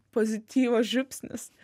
pozityvo žiupsnis